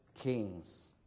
kings